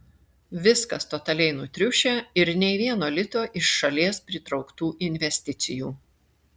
viskas totaliai nutriušę ir nei vieno lito iš šalies pritrauktų investicijų